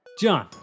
John